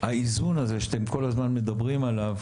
באיזון הזה של משרתי ציבור שאתם כל הזמן מדברים עליו,